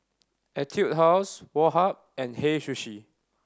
Etude House Woh Hup and Hei Sushi